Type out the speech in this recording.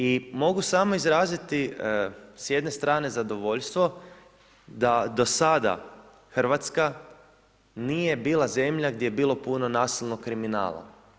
I mogu samo izraziti s jedne strane zadovoljstvo da do sada Hrvatska nije bila zemlja gdje je bilo puno nasilnog kriminala.